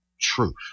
truth